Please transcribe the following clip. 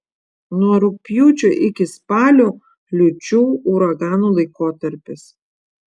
nuo rugpjūčio iki spalio liūčių uraganų laikotarpis